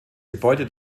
gebäude